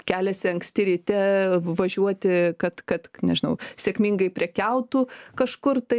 keliasi anksti ryte važiuoti kad kad nežinau sėkmingai prekiautų kažkur tai